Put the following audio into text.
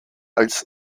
als